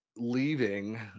Leaving